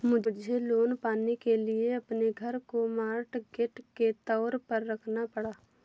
मुझे लोन पाने के लिए अपने घर को मॉर्टगेज के तौर पर रखना पड़ा